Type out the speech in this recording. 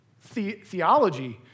theology